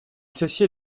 s’assit